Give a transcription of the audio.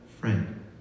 friend